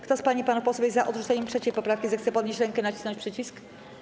Kto z pań i panów posłów jest za odrzuceniem 3. poprawki, zechce podnieść rękę i nacisnąć przycisk.